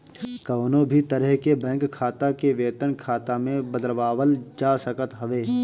कवनो भी तरह के बैंक खाता के वेतन खाता में बदलवावल जा सकत हवे